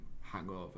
hangover